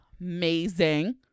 amazing